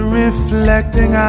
reflecting